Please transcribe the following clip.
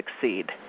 succeed